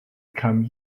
come